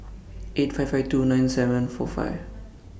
eight five five two nine seven four five